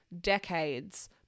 decades